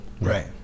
Right